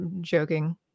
joking